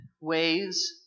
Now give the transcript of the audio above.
ways